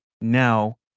now